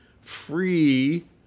free